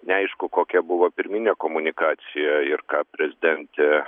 neaišku kokia buvo pirminė komunikacija ir ką prezidentė